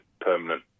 permanent